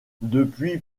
depuis